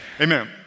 amen